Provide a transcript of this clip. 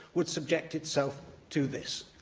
would subject itself to this.